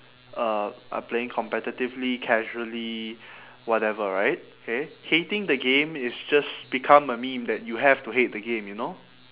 uh are playing competitively casually whatever right okay hating the game has just become a meme that you have to hate the game you know